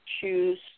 choose